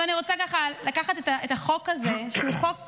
אבל אני רוצה לקחת את החוק הזה, שהוא חוק